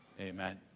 Amen